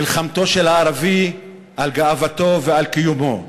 מלחמתו של הערבי על גאוותו ועל קיומו?